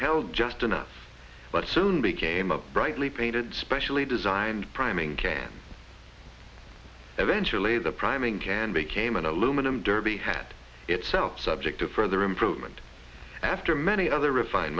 held just enough but soon became a brightly painted specially designed priming can eventually the priming can became an aluminum derby hat itself subject to further improvement after many other refine